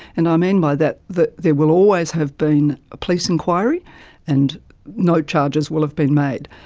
and i mean by that that there will always have been a police inquiry and no charges will have been made.